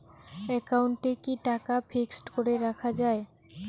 একাউন্টে কি টাকা ফিক্সড করে রাখা যায়?